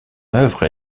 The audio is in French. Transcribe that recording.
œuvre